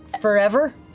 forever